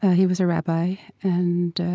he was a rabbi and